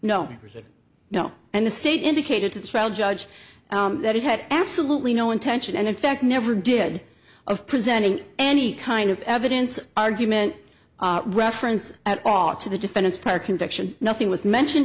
no no and the state indicated to the trial judge that it had absolutely no intention and in fact never did of presenting any kind of evidence argument reference at all to the defendant's prior conviction nothing was mentioned